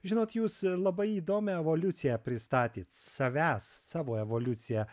žinot jūs labai įdomią evoliuciją pristatėt savęs savo evoliuciją